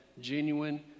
genuine